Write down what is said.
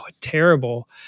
terrible